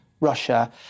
Russia